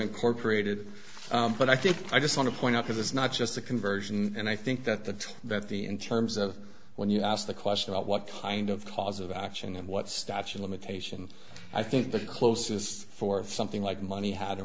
incorporated but i think i just want to point out that this is not just a conversion and i think that the that the in terms of when you ask the question about what kind of cause of action and what stacia limitation i think the closest for something like money how to